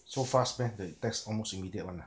so fast meh the test almost immediate [one] ah